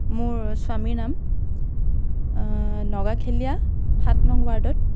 মোৰ স্বামীৰ নাম নগাখেলীয়া সাত নং ৱাৰ্ডত